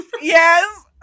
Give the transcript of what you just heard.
Yes